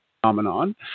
phenomenon